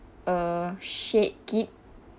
uh shake it